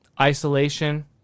isolation